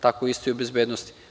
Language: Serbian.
Tako je isto i u bezbednosti.